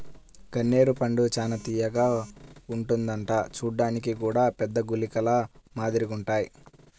గన్నేరు పండు చానా తియ్యగా ఉంటదంట చూడ్డానికి గూడా పెద్ద గుళికల మాదిరిగుంటాయ్